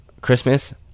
Christmas